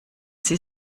sie